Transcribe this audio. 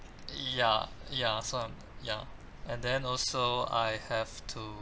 ya ya so I'm ya and then also I have to